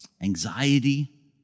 anxiety